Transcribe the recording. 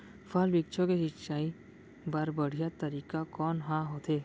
फल, वृक्षों के सिंचाई बर बढ़िया तरीका कोन ह होथे?